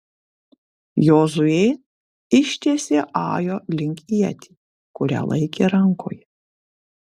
jozuė ištiesė ajo link ietį kurią laikė rankoje